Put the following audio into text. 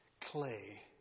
clay